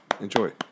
Enjoy